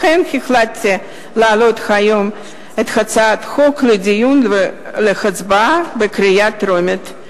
לכן החלטתי להעלות היום את הצעת החוק לדיון ולהצבעה בקריאה טרומית.